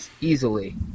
easily